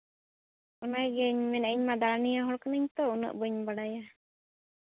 ᱚᱱᱟ ᱜᱤᱧ ᱢᱮᱱᱮᱜᱼᱟ ᱤᱧ ᱢᱟ ᱫᱟᱬᱟᱱᱤᱭᱟᱹ ᱦᱚᱲ ᱠᱟᱹᱱᱟᱹᱧ ᱛᱚ ᱩᱱᱟᱹᱜ ᱵᱟᱹᱧ ᱵᱟᱲᱟᱭᱟ